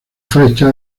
fecha